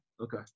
okay